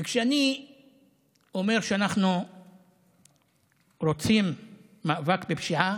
וכשאני אומר שאנחנו רוצים מאבק בפשיעה